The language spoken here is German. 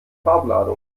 farbladung